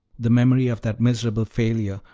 the memory of that miserable failure,